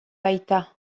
baita